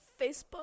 Facebook